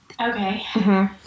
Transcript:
Okay